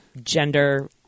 gender